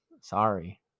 Sorry